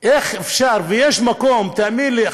איך אפשר, ויש מקום, תאמין לי.